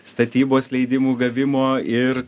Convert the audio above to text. statybos leidimų gavimo ir